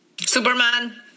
Superman